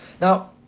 Now